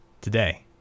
today